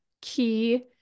key